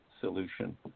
solution